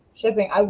shipping